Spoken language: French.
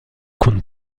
compte